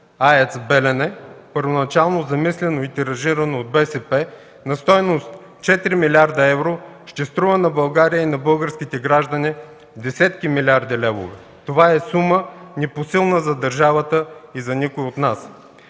АЕЦ „Белене” – първоначално замислено и тиражирано от БСП на стойност 4 млрд. евро, ще струва на България и на българските граждани десетки милиарди лева. Това е сума непосилна за държавата и за никой от нас.